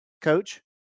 coach